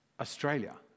Australia